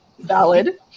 valid